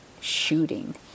shooting